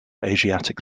asiatic